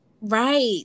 Right